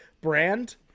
brand